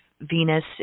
Venus